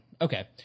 Okay